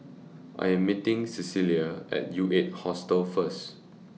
I Am meeting Celia At U eight Hostel First